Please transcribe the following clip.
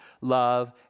love